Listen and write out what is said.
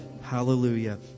Hallelujah